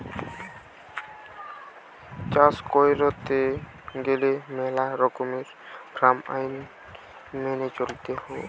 চাষ কইরতে গেলে মেলা রকমের ফার্ম আইন মেনে চলতে হৈ